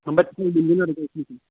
आमफ्राय बिदिनो आरो